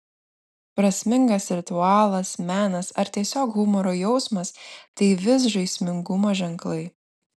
prasmingas ritualas menas ar tiesiog humoro jausmas tai vis žaismingumo ženklai